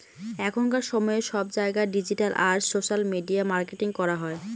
এখনকার সময়ে সব জায়গায় ডিজিটাল আর সোশ্যাল মিডিয়া মার্কেটিং করা হয়